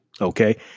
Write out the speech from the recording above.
Okay